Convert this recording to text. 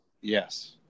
Yes